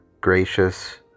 gracious